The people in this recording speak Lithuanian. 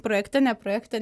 projekte ne projekte